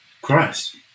Christ